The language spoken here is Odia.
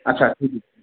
ଆଚ୍ଛା ଠିକ୍